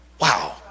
Wow